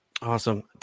Awesome